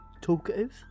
talkative